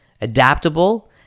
adaptable